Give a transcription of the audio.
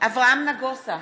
אברהם נגוסה,